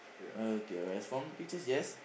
okay alright from the pictures yes